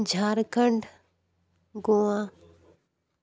Jharkhand Goa